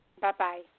Bye-bye